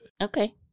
Okay